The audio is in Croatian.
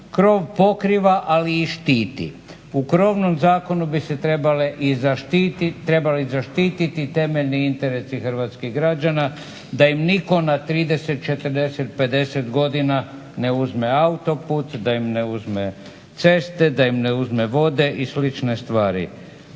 krov pokriva ali i štiti. U krovnom zakonu bi se trebali i zaštiti temeljni interesi hrvatskih građana, da im nitko na 30,40,50 godina ne uzme autoput, da im ne uzme ceste, da im ne uzme vode i slične stvari.